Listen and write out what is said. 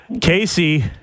Casey